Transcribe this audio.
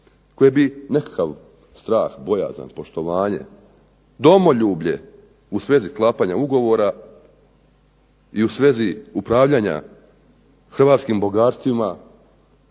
koje bi nekakav strah, bojazan, poštovanje, domoljublje u svezi sklapanja ugovora i u svezi upravljanja hrvatskim bogatstvima